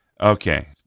Okay